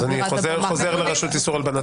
אז אני חוזר לרשות איסור הלבנת הון.